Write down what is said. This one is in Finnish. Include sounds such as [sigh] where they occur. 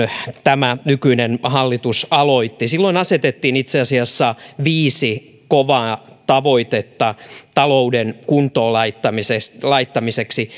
tämä nykyinen hallitus aloitti silloin asetettiin itse asiassa viisi kovaa tavoitetta talouden kuntoon laittamiseksi [unintelligible]